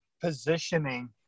positioning